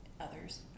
others